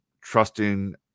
trusting